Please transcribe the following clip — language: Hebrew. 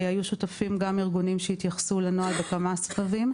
היו שותפים גם ארגונים שהתייחסו לנוהל בכמה סבבים.